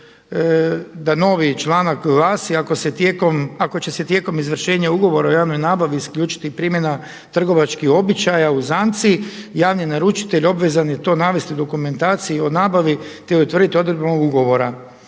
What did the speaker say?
da novi članak glasi: „Ako će se tijekom izvršenja ugovora o javnoj nabavi isključiti i primjena trgovačkih običaja, uzanci javni naručitelj obvezan je to navesti u dokumentaciji o nabavi te utvrditi odredbom ovog ugovora